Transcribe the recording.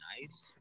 nice